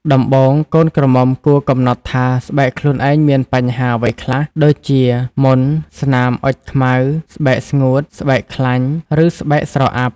ដំបូង កូនក្រមុំគួរកំណត់ថាស្បែកខ្លួនឯងមានបញ្ហាអ្វីខ្លះ ដូចជា មុន ស្នាមអុចខ្មៅ ស្បែកស្ងួត ស្បែកខ្លាញ់ ឬស្បែកស្រអាប់ ។